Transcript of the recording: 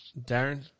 Darren